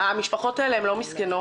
המשפחות האלה לא מסכנות